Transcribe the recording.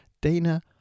Dana